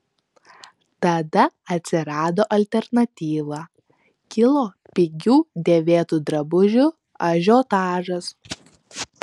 tada atsirado alternatyva kilo pigių dėvėtų drabužių ažiotažas